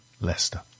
Leicester